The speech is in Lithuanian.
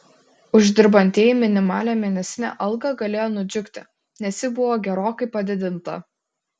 uždirbantieji minimalią mėnesinę algą galėjo nudžiugti nes ji buvo gerokai padidinta